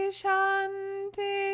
shanti